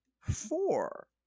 four